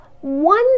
one